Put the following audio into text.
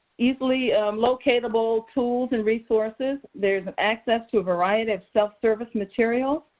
easily locatable tools and resources, there's an access to a variety of self-service materials.